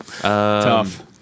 Tough